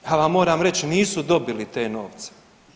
Ja vam moram reći, nisu dobili te novce.